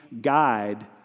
guide